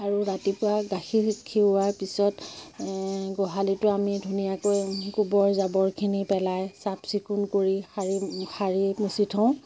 আৰু ৰাতিপুৱা গাখীৰ খীৰোৱাৰ পিছত গোহালিটো আমি ধুনীয়াকৈ গোবৰ জাবৰখিনি পেলাই চাফ চিকুণ কৰি সাৰি সাৰি মুচি থওঁ